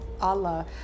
Allah